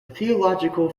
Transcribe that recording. theological